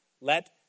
let